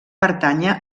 pertànyer